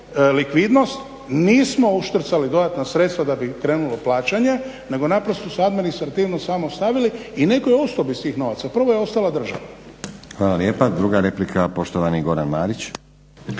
likvidnost, nismo uštrcali dodatna sredstva da bi krenulo plaćanje nego naprosto su administrativno samo stavili i netko je ostao bez tih novaca. Prvo je ostala država. **Stazić, Nenad (SDP)** Hvala lijepa. Druga replika, poštovani Goran Marić.